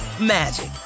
magic